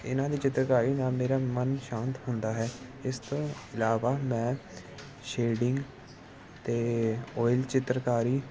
ਇਹਨਾਂ ਦੀ ਚਿੱਤਰਕਾਰੀ ਨਾਲ ਮੇਰਾ ਮਨ ਸ਼ਾਂਤ ਹੁੰਦਾ ਹੈ ਇਸ ਤੋਂ ਇਲਾਵਾ ਮੈਂ ਸ਼ੇਡਿੰਗ ਅਤੇ ਓਇਲ ਚਿੱਤਰਕਾਰੀ